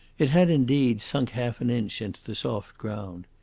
it had, indeed, sunk half an inch into the soft ground.